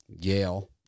Yale